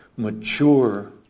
Mature